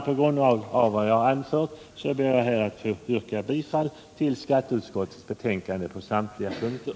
På grund av vad jag har anfört ber jag att få yrka bifall till skatteutskottets hemställan på samtliga punkter.